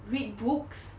read books